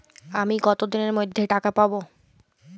আমি কতদিনের মধ্যে টাকা পাবো?